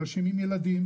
אנשים עם ילדים,